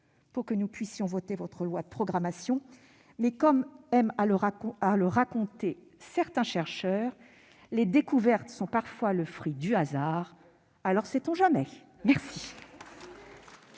pour que nous puissions voter votre loi de programmation. Néanmoins, comme aiment à le raconter certains chercheurs, les découvertes sont parfois le fruit du hasard. Alors, sait-on jamais ! La